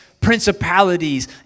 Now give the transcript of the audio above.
principalities